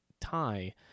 tie